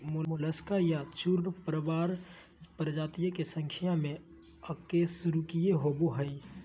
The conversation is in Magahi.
मोलस्का या चूर्णप्रावार प्रजातियों के संख्या में अकशेरूकीय होबो हइ